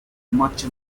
much